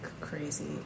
crazy